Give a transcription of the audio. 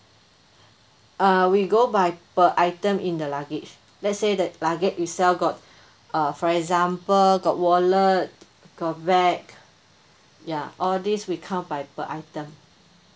uh we go by per item in the luggage let's say that luggage itself got uh for example got wallet got bag ya all this we count by per item